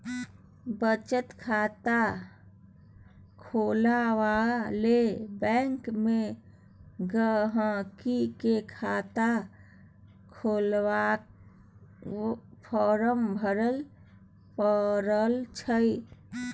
बचत खाता खोलबाक लेल बैंक मे गांहिकी केँ खाता खोलबाक फार्म भरय परय छै